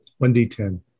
1D10